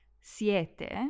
siete